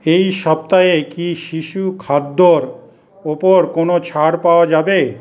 এই সপ্তাহে কি শিশু খাদ্যর ওপর কোনও ছাড় পাওয়া যাবে